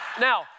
Now